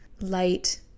light